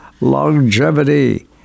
longevity